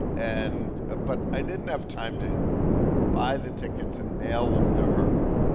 and but i didn't have time to buy the tickets and mail them to her,